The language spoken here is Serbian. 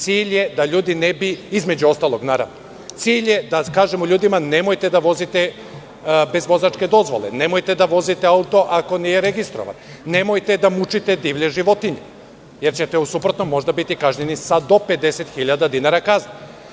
Cilj je da ljudi ne bi između ostalog naravno, cilj je da kažemo ljudima nemojte da vozite bez vozačke dozvole, nemojte da vozite auto ako nije registrovano, nemojte da mučite divlje životinje, jer ćete u suprotnom možda biti kažnjeni sa do 50.000 dinara kazni.